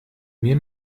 mir